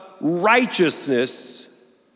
righteousness